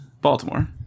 Baltimore